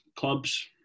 clubs